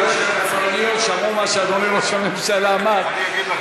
אני מקווה שהקצרניות שמעו מה שאדוני ראש הממשלה אמר.